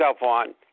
on